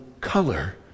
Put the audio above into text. color